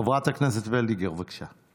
חברת הכנסת ולדיגר, בבקשה.